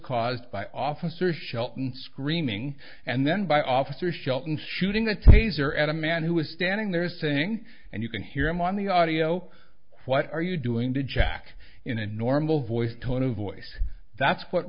caused by officer shelton screaming and then by officer shelton shooting the taser at a man who was standing there saying and you can hear him on the audio what are you doing to jack in a normal voice tone of voice that's what